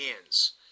hands